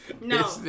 No